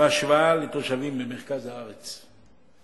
בהשוואה לתושבים במרכז הארץ.